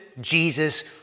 Jesus